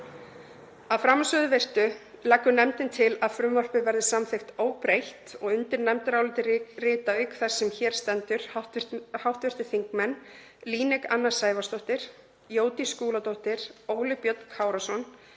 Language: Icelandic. Að framansögðu virtu leggur nefndin til að frumvarpið verði samþykkt óbreytt. Undir nefndarálitið rita, auk þeirrar sem hér stendur, hv. þingmenn Líneik Anna Sævarsdóttir, Jódís Skúladóttir, Óli Björn Kárason,